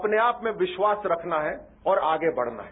अपने आप में विश्वास रखना है और आगे बढ़ना है